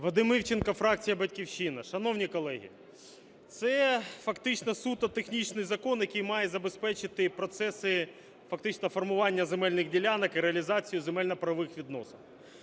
Вадим Івченко, фракція "Батьківщина". Шановні колеги, це фактично суто технічний закон, який має забезпечити фактично формування земельних ділянок і реалізацію земельно-правових відносин.